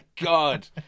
God